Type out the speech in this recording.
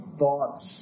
thoughts